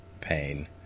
pain